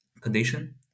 condition